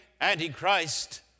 antichrist